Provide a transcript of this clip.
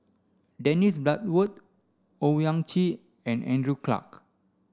Dennis Bloodworth Owyang Chi and Andrew Clarke